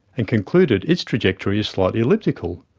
and concluded its trajectory is slightly elliptical,